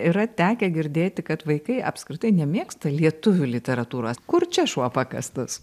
yra tekę girdėti kad vaikai apskritai nemėgsta lietuvių literatūros kur čia šuo pakastas